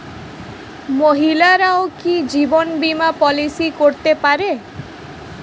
মহিলারাও কি জীবন বীমা পলিসি করতে পারে?